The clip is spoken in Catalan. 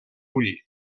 ull